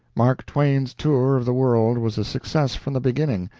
mark twain's tour of the world was a success from the beginning.